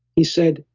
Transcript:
he said,